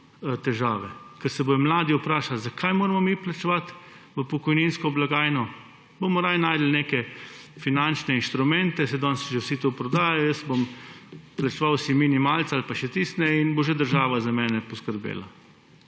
težave, ker se bodo mladi vprašali, zakaj moramo mi plačevati v pokojninsko blagajno, bomo rajši našli neke finančne inštrumente, saj danes že vsi to prodajajo, jaz si bom plačeval minimalca ali pa še tistega ne in bo že država za mene poskrbela.